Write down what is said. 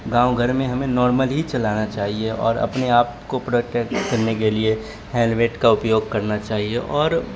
گاؤں گھر میں ہمیں نارمل ہی چلانا چاہیے اور اپنے آپ کو پروٹیکٹ کرنے کے لیے ہیلمیٹ کا اپیوگ کرنا چاہیے اور